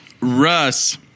Russ